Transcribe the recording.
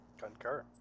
Concur